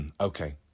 Okay